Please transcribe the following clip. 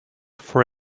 for